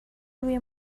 روی